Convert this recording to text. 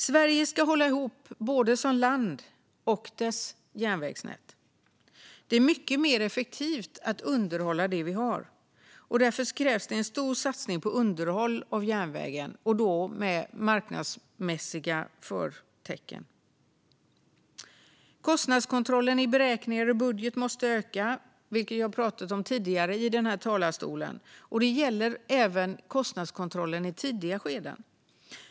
Sverige ska hålla ihop, både som land och när det gäller vårt järnvägsnät. Det är mycket mer effektivt att underhålla det vi har. Därför krävs en stor satsning på underhåll av järnvägen, och då med marknadsmässiga förtecken. Kostnadskontrollen i beräkningar och budget måste öka, vilket jag har pratat om tidigare i den här talarstolen. Det gäller även kostnadskontrollen i tidiga skeden.